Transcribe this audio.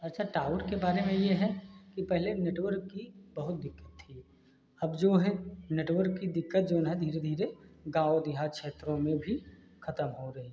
अच्छा टावर के बारे में यह है कि पहले नेटवर्क की बहुत दिक्कत थी अब जो है नेटवर्क की दिक्कत जौन है धीरे धीरे गाँव देहात क्षेत्रों में भी ख़त्म हो रही है